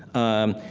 um,